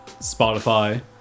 spotify